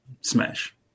Smash